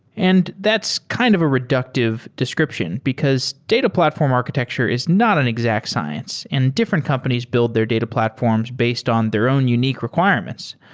and that's kind of a reductive description, because data platform architecture is not an exact science and different companies build their data platforms based on their own unique requirements.